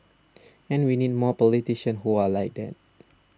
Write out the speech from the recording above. and we need more politicians who are like that